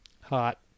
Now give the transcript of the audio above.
Hot